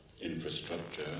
infrastructure